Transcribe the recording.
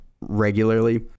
regularly